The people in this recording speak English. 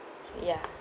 ya